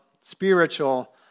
spiritual